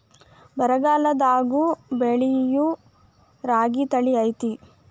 ಬರಗಾಲದಾಗೂ ಬೆಳಿಯೋ ರಾಗಿ ತಳಿ ಐತ್ರಿ?